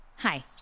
Hi